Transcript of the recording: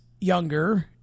younger